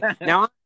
now